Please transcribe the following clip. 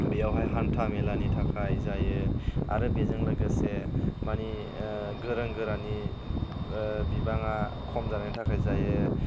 बेयावहाय हान्था मेलानि थाखाय जायो आरो बेजों लोगोसे माने गोरों गोरानि बिबाङा खम जानायनि थाखाय जायो